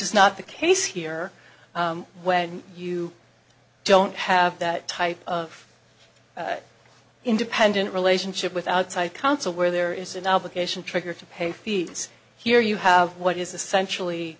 is not the case here when you don't have that type of independent relationship with outside counsel where there is an obligation triggered to pay fees here you have what is essentially